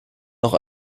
noch